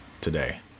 today